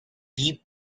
deep